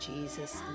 Jesus